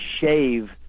shave